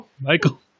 Michael